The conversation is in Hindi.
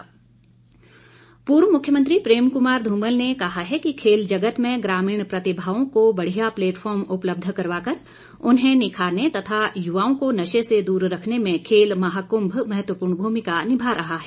धुमल पूर्व मुख्यमंत्री प्रेम कुमार ध्रमल ने कहा है कि खेल जगत में ग्रामीण प्रतिमाओं को बढ़िया प्लेटफार्म उपलब्ध करवाकर उन्हें निखारने तथा युवाओं को नशे से दूर रखने में खेल महाकुंभ महत्वपूर्ण भूमिका निभा रहा है